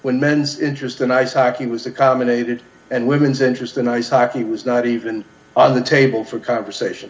when men's interest in ice hockey was accommodate it and women's interest in ice hockey was not even on the table for conversation